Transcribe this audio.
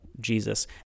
Jesus